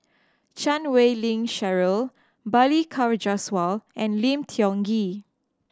Chan Wei Ling Cheryl Balli Kaur Jaswal and Lim Tiong Ghee